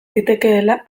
zitekeela